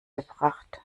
gebracht